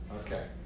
Okay